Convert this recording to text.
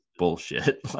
Bullshit